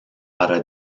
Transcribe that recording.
para